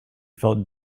felt